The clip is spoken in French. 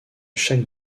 chaque